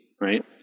right